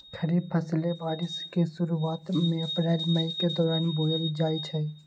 खरीफ फसलें बारिश के शुरूवात में अप्रैल मई के दौरान बोयल जाई छई